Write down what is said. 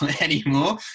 anymore